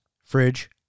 Fridge